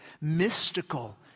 mystical